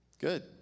Good